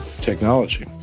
technology